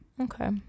Okay